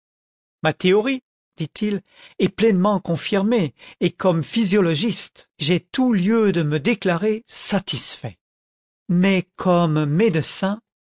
ma théorie dit-il est pleinement confirmée et comme physiologiste j'ai tout lieu de me déclarer satisfait mais comme médecin